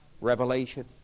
Revelation